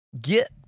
Get